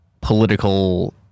political